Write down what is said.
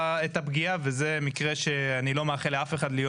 הפגיעה וזה מקרה שאני לא מאחל לאף אחד להיות,